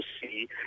see